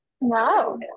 no